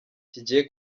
kigiye